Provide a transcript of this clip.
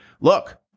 look